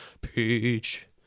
peach